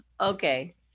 Okay